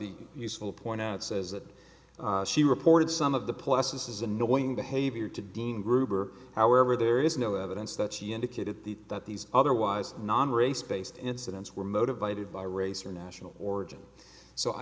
be useful point out says that she reported some of the plus is annoying behavior to dean gruber however there is no evidence that she indicated that these otherwise non race based incidents were motivated by race or national origin so i